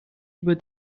über